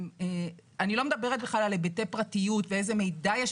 אני לא מדברת בכלל על היבטי פרטיות ואיזה מידע יש